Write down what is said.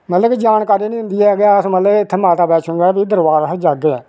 मतलब कि जानकारी नेई होंदी है कि अस मतलब इत्थै माता बैष्णो दे गरबार अस जाह्गे